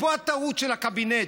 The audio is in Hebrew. ופה הטעות של הקבינט,